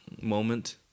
moment